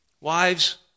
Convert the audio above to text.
wives